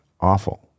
Awful